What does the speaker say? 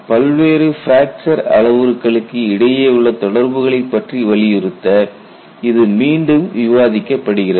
பல்வேறு பிராக்சர் அளவுருக்களுக்கு இடையே உள்ள தொடர்புகளை பற்றி வலியுறுத்த இது மீண்டும் விவாதிக்கப்படுகிறது